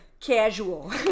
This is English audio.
casual